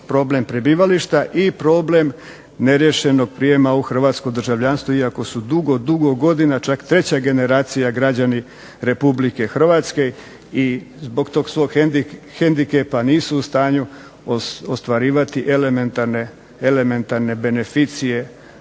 problem prebivališta i problem neriješenog prijema u hrvatsko državljanstvo iako su dugo, dugo godina čak treća generacija građani Republike Hrvatske i zbog tog svog hendikepa nisu u stanju ostvarivati elementarne beneficije